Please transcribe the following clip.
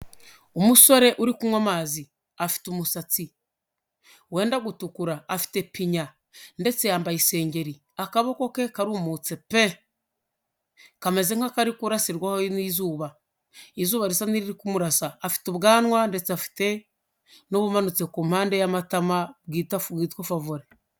Umusore uri kunywa amazi, afite umusatsi wenda gutukura, afite pinya ndetse yambaye isengeri, akaboko ke karumutse pe! Kameze nk'akari kurasirwaho n'izuba, izuba risa n'iriri kumurasa, afite ubwanwa, ndetse afite n'ubumanutse ku mpande y'amatama bwitwa favore.